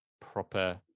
proper